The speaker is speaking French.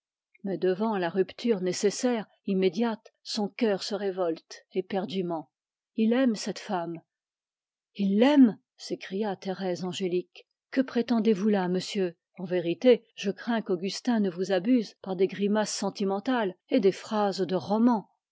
mais devant la rupture nécessaire son cœur se révolte éperdument il aime cette femme il l'aime s'écria thérèse angélique que prétendezvous là monsieur en vérité je crains qu'augustin ne vous abuse par des phrases de